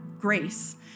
grace